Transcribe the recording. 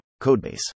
codebase